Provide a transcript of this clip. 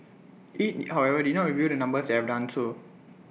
IT however did not reveal the numbers that have done to